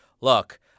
look